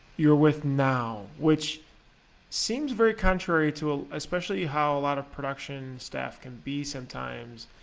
you're with now which seems very contrary to especially how a lot of production staff can be sometimes,